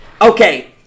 Okay